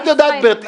את יודעת,